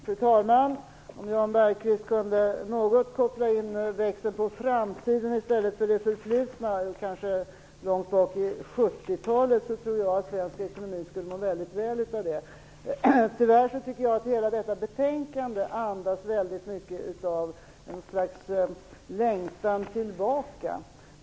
Fru talman! Jag tror att svensk ekonomi skulle må väl om Jan Bergqvist kunde koppla in växeln på framtiden i stället för på det förflutna på 70-talet. Jag tycker att hela detta betänkande tyvärr andas väldigt mycket av ett slags längtan tillbaka.